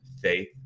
faith